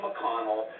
McConnell